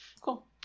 Cool